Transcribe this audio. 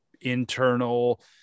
internal